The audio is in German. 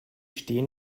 stehen